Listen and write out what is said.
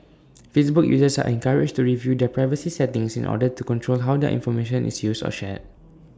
Facebook users are encouraged to review their privacy settings in order to control how their information is used or shared